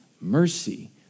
mercy